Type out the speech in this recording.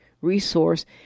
resource